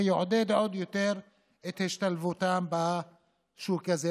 זה יעודד עוד יותר את השתלבותם בשוק הזה.